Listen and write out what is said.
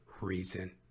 reason